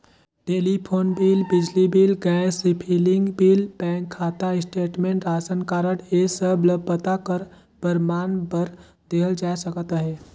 telephone bill, बिजली bill, gas refilling bill, bank खाता statement, ration card ए सब ल पता कर परमान बर देहल जाए सकत अहे